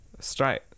Straight